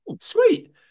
sweet